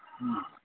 हां